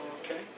Okay